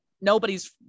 nobody's